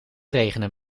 regenen